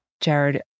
Jared